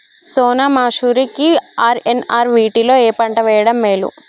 సోనా మాషురి కి ఆర్.ఎన్.ఆర్ వీటిలో ఏ పంట వెయ్యడం మేలు?